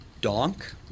Donk